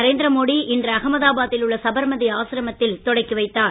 நரேந்திர மோடி இன்று அகமதாபாத்தில் உள்ள சபர்மதி ஆசிரமத்தில் தொடக்கிவைத்தார்